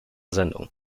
sendung